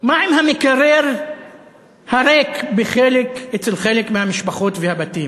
מה עם המקרר הריק בחלק, אצל חלק מהמשפחות והבתים?